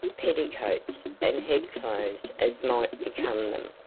petticoats, and head-clothes as might become them.